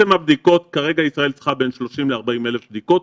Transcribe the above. כרגע ישראל צריכה בין 30,000 ל-40,000 בדיקות.